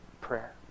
prayer